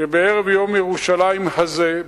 שבערב יום ירושלים הזה,